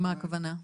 מה הכוונה?